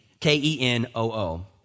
K-E-N-O-O